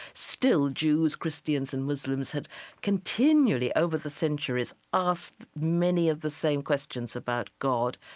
still, jews, christians, and muslims have continually over the centuries asked many of the same questions about god,